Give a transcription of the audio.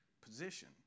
position